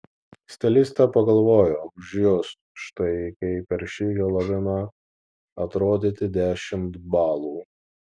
stilistė pagalvojo už jus štai kaip per šį heloviną atrodyti dešimt balų